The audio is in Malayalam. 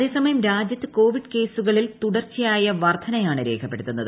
അതേസമയം രാജ്യത്ത് കോവിഡ് കേസുകളിൽ ത്ുടർച്ചയായ വർധനയാണ് രേഖപ്പെടുത്തുന്നത്